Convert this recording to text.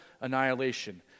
annihilation